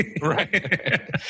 Right